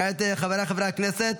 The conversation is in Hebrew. כעת, חבריי חברי הכנסת,